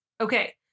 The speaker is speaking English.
Okay